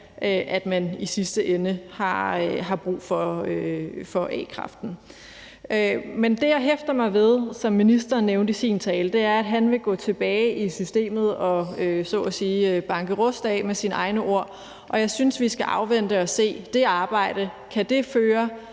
man i sidste ende har brug for a-kraften. Men det, jeg hæfter mig ved, som ministeren nævnte i sin tale, er, at han vil gå tilbage i systemet og så at sige med hans egne ord banke rust af, og jeg synes, vi skal afvente og se det arbejde. Kan det føre